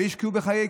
והשקיעו בחיי הקהילה,